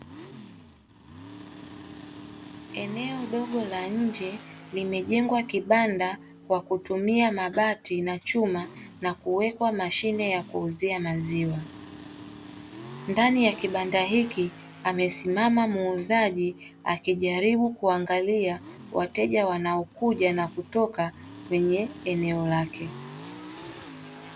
Eneo dogo la nje limejengwa kibanda kwa kutumia mabati na chuma na ku wekwa mashine ya kuuzia maziwa, ndani ya kibanda hiki amesimama muuzaji akijaribu kuangalia wateja wanaokuja na kutoka kwenye eneo lake.